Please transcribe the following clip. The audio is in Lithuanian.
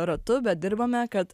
ratu bet dirbame kad